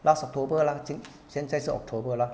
last october lah 今现在是 october lah